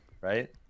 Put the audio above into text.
right